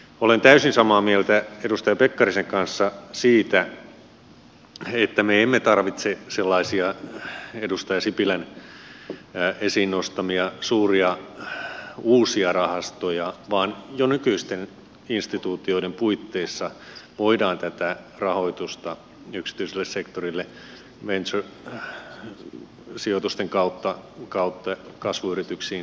olen täysin samaa mieltä edustaja pekkarisen kanssa siitä että me emme tarvitse sellaisia edustaja sipilän esiin nostamia suuria uusia rahastoja vaan jo nykyisten instituutioiden puitteissa voidaan tätä rahoitusta yksityiselle sektorille sijoitusten kautta kasvuyrityksiin lisätä